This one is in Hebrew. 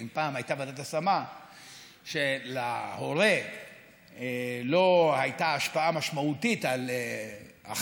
אם פעם הייתה ועדת השמה שלהורה לא הייתה השפעה משמעותית על הכרעותיה,